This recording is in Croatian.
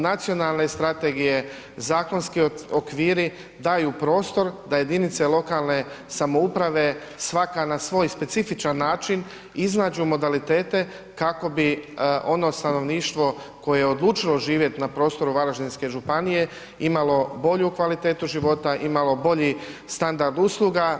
Nacionalne strategije, zakonski okviri daju prostor da jedinice lokalne samouprave, svaka na svoj specifičan način, iznađu modalitete kako bi ono stanovništvo koje je odlučilo živjet na prostoru Varaždinske županije imalo bolju kvalitetu života, imalo bolji standard usluga.